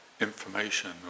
information